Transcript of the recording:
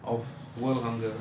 of world hunger